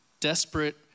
desperate